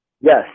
Yes